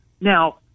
Now